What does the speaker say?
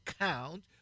count